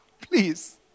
Please